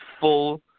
full